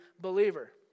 believer